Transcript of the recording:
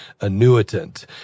annuitant